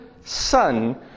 Son